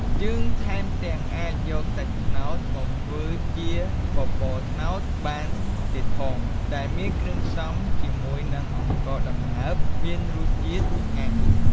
យើងថែមទាំងអាចយកសាច់ត្នោតមកធ្វើជា បបរត្នោតបានទៀតផង ដែលមានគ្រឿងផ្សំជាមួយនឹងអង្ករដំណើបមានរសជាតិឆ្ងាញ់។